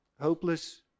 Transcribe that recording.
hopeless